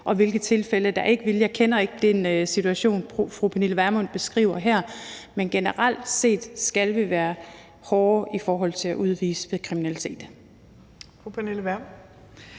og hvilke tilfælde der ikke vil, jeg kender ikke den situation, fru Pernille Vermund beskriver her. Men generelt set skal vi være hårdere i forhold til at udvise ved kriminalitet.